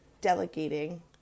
delegating